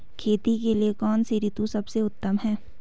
खेती के लिए कौन सी ऋतु सबसे उत्तम है?